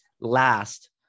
last